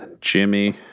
Jimmy